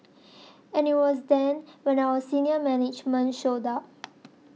and it was then when our senior management showed up